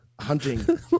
hunting